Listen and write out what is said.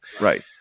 Right